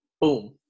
Boom